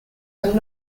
are